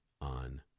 on